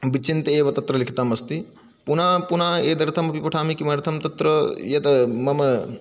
विचिन्त्य एव तत्र लिखितमस्ति पुन पुन एतदर्थमपि पठामि किमर्थं तत्र यत् मम